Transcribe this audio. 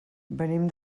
venim